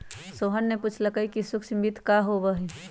सोहन ने पूछल कई कि सूक्ष्म वित्त का होबा हई?